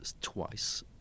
twice